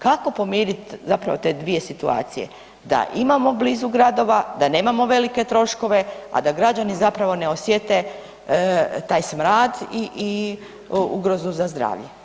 Kako pomiriti zapravo te dvije situacije, da imamo blizu gradova, da nemamo velike troškove, a da građani zapravo ne osjete taj smrad i ugrozu za zdravlje?